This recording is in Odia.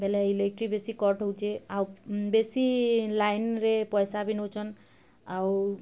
ବେଲେ ଇଲେକ୍ଟ୍ରି ବେଶୀ କଟ୍ ହେଉଛେ ଆଉ ବେଶୀ ଲାଇନ୍ରେ ପଇସା ବି ନେଉଛନ୍ ଆଉ